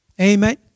Amen